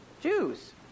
Jews